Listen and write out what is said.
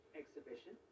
exhibition